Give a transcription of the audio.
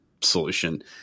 solution